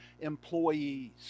employees